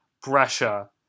Brescia